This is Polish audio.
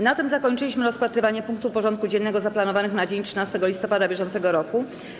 Na tym zakończyliśmy rozpatrywanie punktów porządku dziennego zaplanowanych na dzień 13 listopada br.